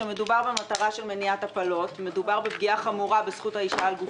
כי ההנחה היא שמדובר במבני ציבור ומנסים להקל עליהם.